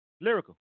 lyrical